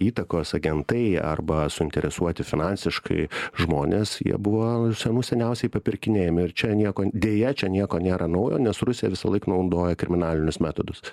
įtakos agentai arba suinteresuoti finansiškai žmonės jie buvo senų seniausiai papirkinėjami ir čia nieko deja čia nieko nėra naujo nes rusija visąlaik naudoja kriminalinius metodus